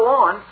on